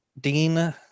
Dean